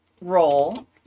roll